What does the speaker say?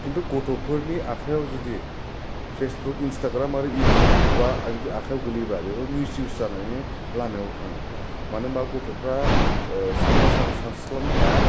खिनथु गथ'फोरनि आखायाव जुदि फेसबुक इनसताग्राम आरो इउथुबा जुदि आखायाव गोग्लयोबा बेफोर मिसइउस जानायनि लामायाव थाङो मानो होनोब्ला गथफ्रा साना सानस्लाबनो हाया